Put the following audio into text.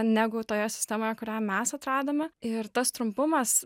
negu toje sistemoje kurią mes atradome ir tas trumpumas